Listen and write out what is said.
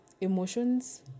emotions